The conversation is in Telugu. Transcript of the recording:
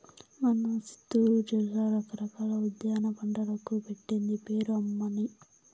మన సిత్తూరు జిల్లా రకరకాల ఉద్యాన పంటలకు పెట్టింది పేరు అమ్మన్నీ